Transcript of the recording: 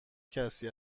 کسی